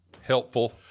helpful